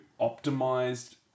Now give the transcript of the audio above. optimized